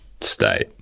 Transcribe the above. state